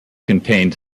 contained